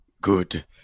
Good